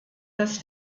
das